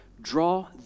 draw